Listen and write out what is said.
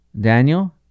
Daniel